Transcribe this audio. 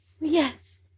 Yes